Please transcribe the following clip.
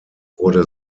wurde